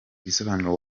bisobanuro